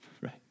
right